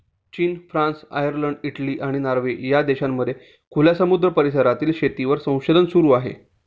चीन, France, Ireland, Italy, आणि Norway या देशांमध्ये खुल्या समुद्र परिसरातील शेतीवर संशोधन सुरू आहे